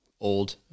old